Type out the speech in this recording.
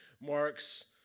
marks